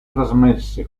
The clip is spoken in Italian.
trasmesse